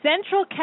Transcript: Central